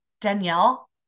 Danielle